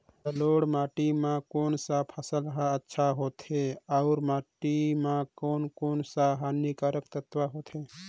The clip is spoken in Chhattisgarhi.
जलोढ़ माटी मां कोन सा फसल ह अच्छा होथे अउर माटी म कोन कोन स हानिकारक तत्व होथे?